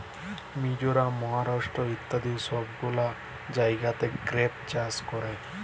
মিজরাম, মহারাষ্ট্র ইত্যাদি সব গুলা জাগাতে গ্রেপ চাষ ক্যরে